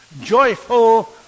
joyful